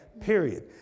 period